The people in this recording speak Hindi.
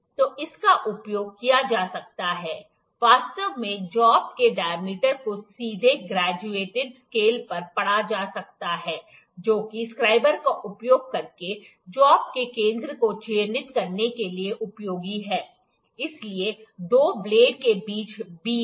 तो इसका उपयोग किया जा सकता है वास्तव में जॉब के डायमीटर को सीधे ग्रेजुएटड स्केल पर पढ़ा जा सकता है जो कि स्क्राइबर का उपयोग करके जॉब के केंद्र को चिह्नित करने के लिए उपयोगी है इसलिए दो ब्लेड के बीच V है